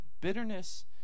Bitterness